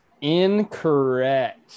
Incorrect